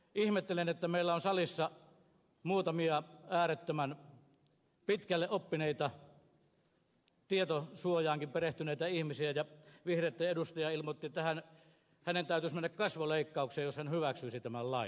ihmettelen että meillä on salissa muutamia äärettömän pitkälle oppineita tietosuojaankin perehtyneitä ihmisiä ja vihreitten edustaja ilmoitti että hänen täytyisi mennä kasvoleikkaukseen jos hän hyväksyisi tämän lain